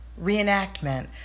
reenactment